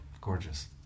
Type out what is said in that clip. Gorgeous